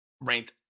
ranked